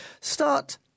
start